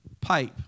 pipe